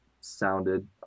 sounded